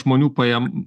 žmonių pajam